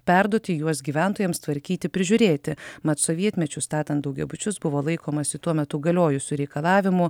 perduoti juos gyventojams tvarkyti prižiūrėti mat sovietmečiu statant daugiabučius buvo laikomasi tuo metu galiojusių reikalavimų